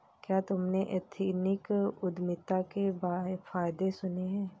क्या तुमने एथनिक उद्यमिता के फायदे सुने हैं?